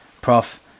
Prof